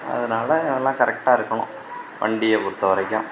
அதனால் எல்லாம் கரெட்டாக இருக்கணும் வண்டியை பொறுத்த வரைக்கும்